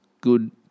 good